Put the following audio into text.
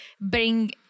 bring